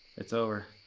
it's over.